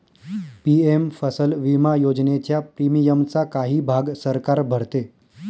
PM फसल विमा योजनेच्या प्रीमियमचा काही भाग सरकार भरते